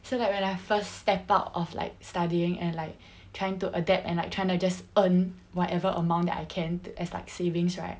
so that when I first stepped out of like studying and like trying to adapt and like trying to just earn whatever amount that I can as like savings right